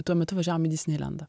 tuo metu važiavom į disneilendą